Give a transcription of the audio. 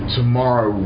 tomorrow